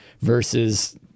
versus